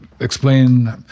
Explain